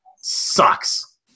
sucks